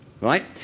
right